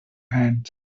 hands